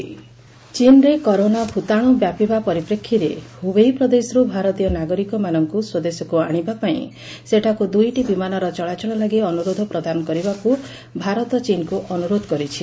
corona virus ଚୀନ୍ରେ corona ଭୂତାଶୁ ବ୍ୟାପିବା ପରିପ୍ରେଷୀରେ ହୁବେଇ ପ୍ରଦେଶରୁ ଭାରତୀୟ ନାଗରିକମାନଙ୍କୁ ସ୍ୱଦେଶକୁ ଆଶିବା ପାଇଁ ସେଠାକୁ ଦୁଇଟି ବିମାନର ଚଳାଚଳ ଲାଗି ଅନୁରୋଧ ପ୍ରଦାନ କରିବାକୁ ଭାରତ ଚୀନକୁ ଅନୁରୋଧ କରିଛି